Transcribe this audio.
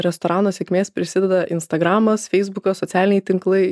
restorano sėkmės prisideda instagramas feisbukas socialiniai tinklai